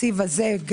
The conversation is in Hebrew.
בתקציב הזה,